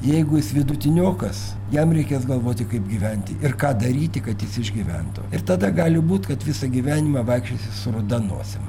jeigu jis vidutiniokas jam reikės galvoti kaip gyventi ir ką daryti kad jis išgyventų ir tada gali būt kad visą gyvenimą vaikščiosi su ruda nosim